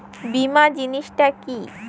বীমা জিনিস টা কি?